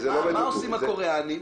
מה עושים הקוריאנים?